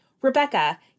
Rebecca